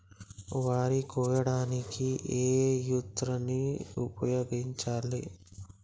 వరి కొయ్యడానికి ఏ యంత్రాన్ని ఉపయోగించాలే?